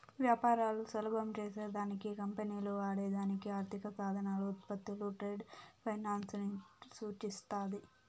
వ్యాపారాలు సులభం చేసే దానికి కంపెనీలు వాడే దానికి ఆర్థిక సాధనాలు, ఉత్పత్తులు ట్రేడ్ ఫైనాన్స్ ని సూచిస్తాది